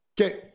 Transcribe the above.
Okay